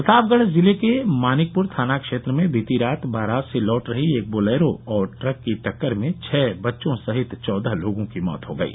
प्रतापगढ़ जिले के मानिकपुर थाना क्षेत्र में बीती रात बारात से लौट रही एक बोलेरो और ट्रक की टक्कर में छः बच्चों सहित चौदह की मौत हो गयी